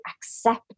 accept